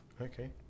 Okay